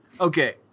Okay